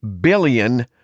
billion